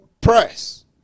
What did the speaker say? press